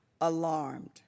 alarmed